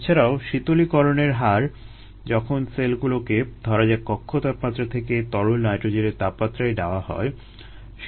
এছাড়াও শীতলীকরণের হার যখন সেলগুলোকে ধরা যাক কক্ষ তাপমাত্রা থেকে তরল নাইট্রোজেনের তাপমাত্রায় নেওয়া হয়